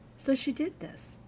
so she did this,